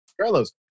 Carlos